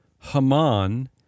Haman